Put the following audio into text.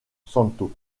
santo